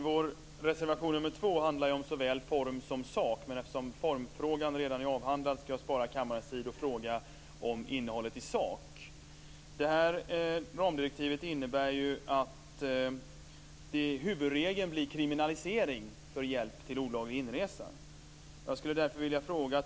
Vår reservation nr 2 handlar om såväl form som sak. Men eftersom formfrågan redan är avhandlad ska jag spara kammarens tid och fråga om innehållet i sak. Ramdirektivet innebär ju att huvudregeln blir kriminalisering för hjälp till olaglig inresa.